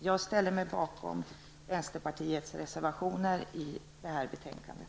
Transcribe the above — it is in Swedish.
Jag ställer mig bakom vänsterpartiets reservationer till det här betänkandet.